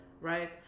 right